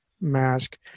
mask